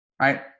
Right